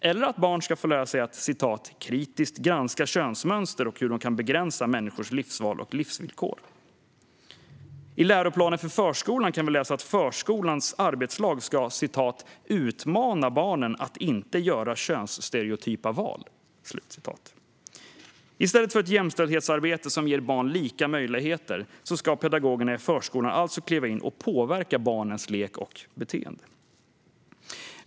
Vidare ska barn få lära sig att kritiskt granska könsmönster och hur de kan begränsa människors livsval och livsvillkor. I läroplanen för förskolan kan vi läsa att förskolans arbetslag ska utmana barnen att inte göra könsstereotypa val. I stället för ett jämställdhetsarbete som ger barn lika möjligheter ska pedagogerna i förskolan alltså kliva in och påverka barnens lek och beteende.